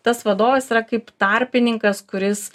tas vadovas yra kaip tarpininkas kuris